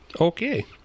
Okay